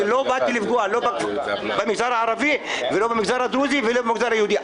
לא באתי לפגוע במגזר הערבי ולא במגזר הדרוזי ולא במגזר היהודי.